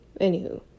anywho